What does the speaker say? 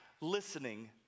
listening